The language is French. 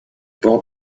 bord